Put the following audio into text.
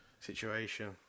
situation